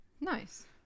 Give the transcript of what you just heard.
nice